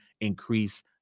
increase